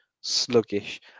sluggish